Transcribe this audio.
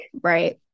Right